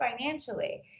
financially